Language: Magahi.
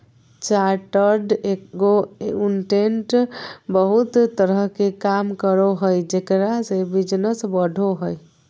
चार्टर्ड एगोउंटेंट बहुत तरह के काम करो हइ जेकरा से बिजनस बढ़ो हइ